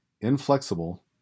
inflexible